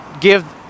give